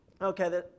Okay